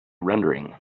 rendering